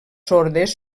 sordes